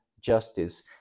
justice